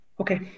Okay